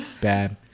bad